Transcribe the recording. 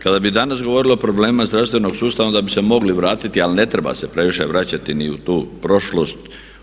Kada bi danas govorili o problemima zdravstvenog sustava onda bi se mogli vratiti, ali ne treba se previše vraćati ni u tu prošlost.